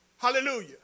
Hallelujah